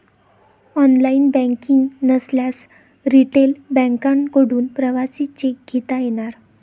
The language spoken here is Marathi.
ऑनलाइन बँकिंग नसल्यास रिटेल बँकांकडून प्रवासी चेक घेता येणार